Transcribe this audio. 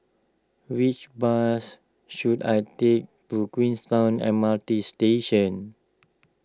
which bus should I take to Queenstown M R T Station